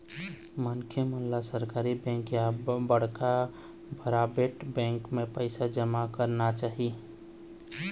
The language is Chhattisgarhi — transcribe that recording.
मनखे मन ल सरकारी बेंक या बड़का पराबेट बेंक म ही पइसा जमा करना चाही